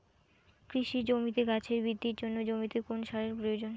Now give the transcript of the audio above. কৃষি জমিতে গাছের বৃদ্ধির জন্য জমিতে কোন সারের প্রয়োজন?